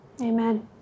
Amen